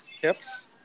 tips